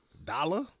Dollar